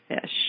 fish